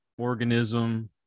organism